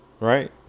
right